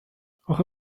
اخه